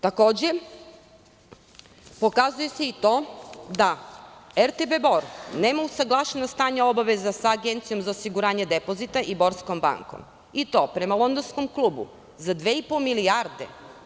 Takođe, pokazuje se i to da RTB Bor nema usaglašeno stanje obaveza sa Agencijom za osiguranje depozita i borskom bankom i to prema londonskom klubu, za dve i po milijarde.